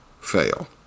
fail